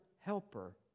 helper